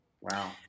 Wow